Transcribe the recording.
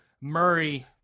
Murray